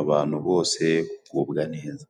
abantu bose kugubwa neza.